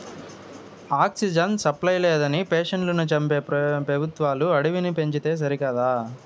oxygen supply లేదని పేషెంట్లను చంపే పెబుత్వాలు అడవిని పెంచితే సరికదా